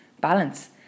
balance